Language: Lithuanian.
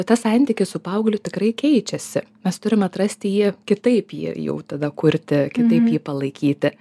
tas santykis su paaugliu tikrai keičiasi mes turime atrasti jį kitaip jį jau tada kurti kitaip jį palaikyti